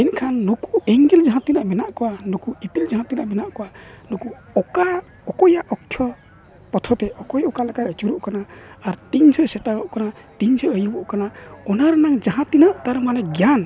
ᱮᱱᱠᱷᱟᱱ ᱱᱩᱠᱩ ᱮᱸᱜᱮᱞ ᱡᱟᱦᱟᱸ ᱛᱤᱱᱟᱹᱜ ᱢᱮᱱᱟᱜ ᱠᱚᱣᱟ ᱱᱩᱠᱩ ᱤᱯᱤᱞ ᱡᱟᱦᱟᱸ ᱴᱤᱱᱟᱹᱜ ᱢᱮᱱᱟᱜ ᱠᱚᱣᱟ ᱱᱩᱠᱩ ᱚᱠᱟ ᱚᱠᱚᱭᱟᱜ ᱚᱠᱠᱷᱚ ᱯᱚᱛᱷᱚᱛᱮ ᱚᱠᱚᱭ ᱚᱠᱟ ᱞᱮᱠᱟᱭ ᱟᱹᱪᱩᱨᱚᱜ ᱠᱟᱱᱟ ᱟᱨ ᱛᱤᱱ ᱡᱚᱦᱚᱜ ᱥᱮᱛᱟᱜᱚᱜ ᱠᱟᱱᱟ ᱛᱤᱱ ᱡᱚᱦᱚᱜ ᱟᱹᱭᱩᱵᱚᱜ ᱠᱟᱱᱟ ᱚᱱᱟ ᱨᱮᱱᱟᱜ ᱡᱟᱦᱟᱸ ᱛᱤᱱᱟᱹᱜ ᱛᱟᱨ ᱢᱟᱱᱮ ᱜᱮᱭᱟᱱ